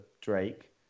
Drake